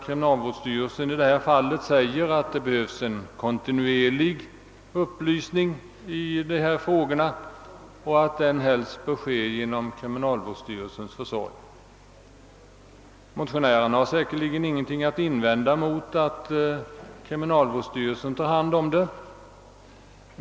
Kriminalvårdsstyrelsen har uttalat att det behövs en kontinuerlig upplysning i dessa frågor och att den helst bör ske genom kriminalvårdsstyrelsens försorg. Motionärerna har säkerligen ingenting att invända mot att kriminalvårdsstyrelsen tar hand om saken.